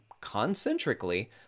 concentrically